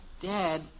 Dad